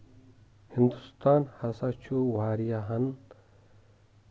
ہندوستان ہسا چھُ واریاہَن